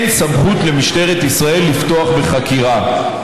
אין סמכות למשטרת ישראל לפתוח בחקירה.